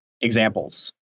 examples